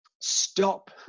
stop